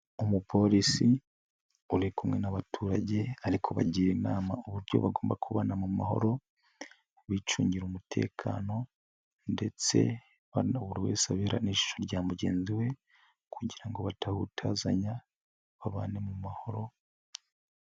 Umupolisi uri kumwe n'abaturage, ari kubagira inama uburyo bagomba kubana mu mahoro, bicungira umutekano, ndetse buri wese abera n'ijisho rya mugenzi we, kugira ngo batahutazanya, babane mu mahoro.